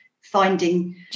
finding